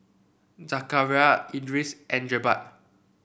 Zakaria Idris and Jebat